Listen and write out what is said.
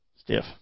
Stiff